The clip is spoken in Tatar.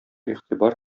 игътибар